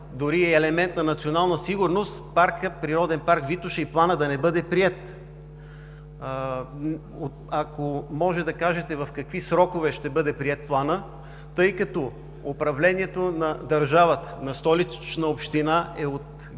дори елемент на национална сигурност, планът на Природен парк „Витоша“ да не бъде приет. Ако може да кажете в какви срокове ще бъде приет планът, тъй като управлението на държавата, на Столична община е от ГЕРБ